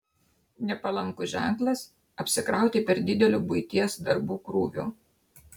nepalankus ženklas apsikrauti per dideliu buities darbų krūviu